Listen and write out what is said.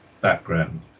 background